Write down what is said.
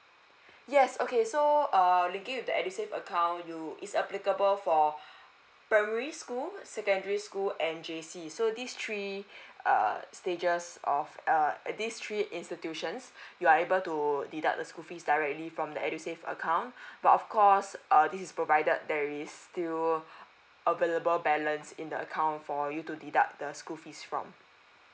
yes okay so err linking with the edusave account you is applicable for primary school secondary school and J_C so these three err stages of uh these three institutions you are able to deduct the school fees directly from the edusave account but of course err this is provided there is still available balance in the account for you to deduct the school fees from